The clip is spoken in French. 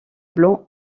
blanc